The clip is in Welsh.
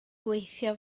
gweithio